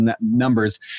numbers